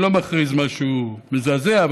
אני לא מכריז משהו מזעזע,